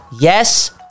yes